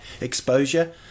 exposure